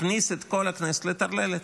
הכניס את כל הכנסת לטרללת.